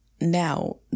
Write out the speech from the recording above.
now